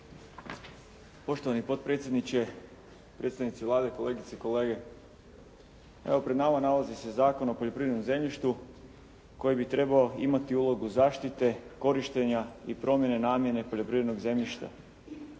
Poštovani potpredsjedniče, predstavnici Vlade, kolegice i kolege. Evo, pred nama nalazi se Zakon o poljoprivrednom zemljištu koji bi trebao imati ulogu zaštite korištenja i promjene namjene poljoprivrednog zemljišta.